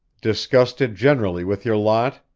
disgusted generally with your lot?